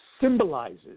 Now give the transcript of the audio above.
symbolizes